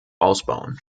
ausbauen